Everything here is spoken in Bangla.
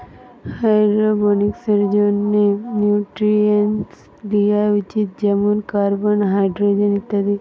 হাইড্রোপনিক্সের জন্যে নিউট্রিয়েন্টস লিয়া উচিত যেমন কার্বন, হাইড্রোজেন ইত্যাদি